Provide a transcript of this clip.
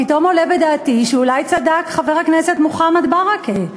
פתאום עולה בדעתי שאולי צדק חבר הכנסת מוחמד ברכה,